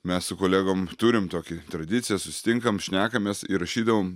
mes su kolegom turim tokį tradiciją susitinkam šnekamės įrašydavom